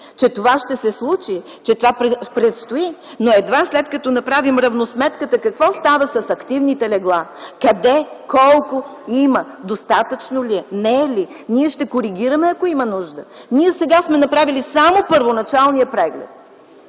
че това ще се случи, че това предстои, но едва след като направим равносметката какво става с активните легла – къде, колко има, достатъчно ли е, не е ли. Ние ще коригираме, ако има нужда. Ние сега сме направили само първоначалния преглед.